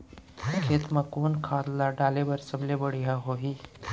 खेत म कोन खाद ला डाले बर सबले बढ़िया होही?